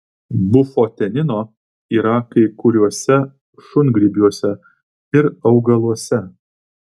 bufotenino yra kai kuriuose šungrybiuose ir augaluose